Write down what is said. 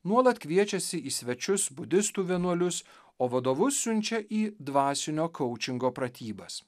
nuolat kviečiasi į svečius budistų vienuolius o vadovus siunčia į dvasinio kaučingo pratybas